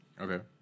Okay